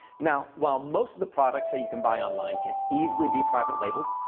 now, while most of the products that you can buy online can easily be private labeled,